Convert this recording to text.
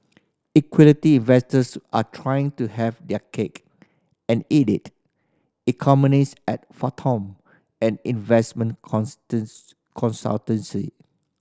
equity investors are trying to have their cake and eat it economists at Fathom an investment consultancy